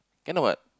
cannot what